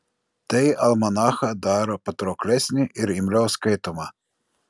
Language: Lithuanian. tai almanachą daro patrauklesnį ir imliau skaitomą